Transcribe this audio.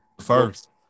first